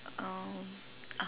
um ah